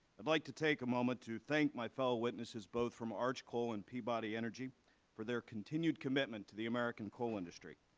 and like to take a moment to thank my fellow witnesses both from arch coal and peabody energy for their continued commitment to the american coal industry.